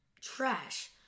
trash